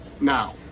Now